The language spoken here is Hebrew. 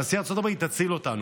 נשיא ארצות הברית, תציל אותנו.